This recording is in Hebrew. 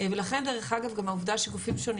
ולכן דרך אגב גם העובדה שגופים שונים